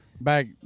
back